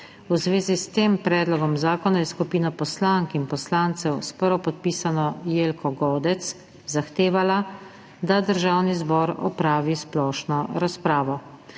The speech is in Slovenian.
V zvezi s tem predlogom zakona je skupina poslank in poslancev s prvopodpisano Jelko Godec zahtevala, da Državni zbor opravi splošno razpravo.